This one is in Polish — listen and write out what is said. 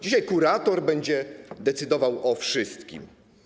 Dzisiaj kurator będzie decydował o wszystkim.